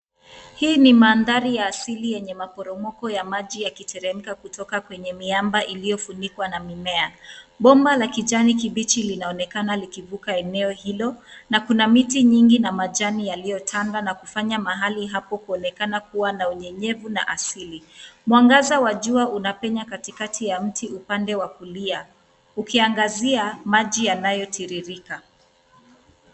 Hii ni mandhari ya asili yenye maporomoko ya maji yakiteremka kutoka kwenye miamba iliyofunikwa na mimea. Bomba la kijani kibichi linaonekana likivuka eneo hilo na kuna miti nyingi na majani yaliyotanda na kufanya mahali hapo kuonekana kuwa na unyenyevu na asili. Mwangaza wa jua unapenya katikati ya mti upande wa kulia, ukiangazia maji yanayotiririka.